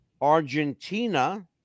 Argentina